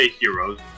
heroes